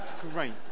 great